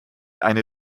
eine